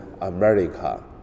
America